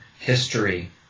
history